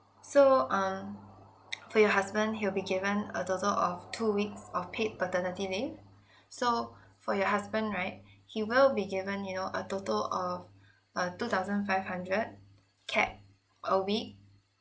so um for your husband he will be given a total of two weeks of paid paternity leave so for your husband right he will be given you know a total of uh two thousand five hundred cap a week